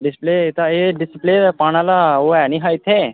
display एह्दा एह् display पाने आह्ला ओह् है निं हा इत्थै